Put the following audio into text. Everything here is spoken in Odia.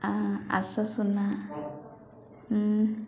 ଆ ଆଶାସ୍ଵନା